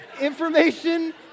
Information